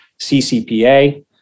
CCPA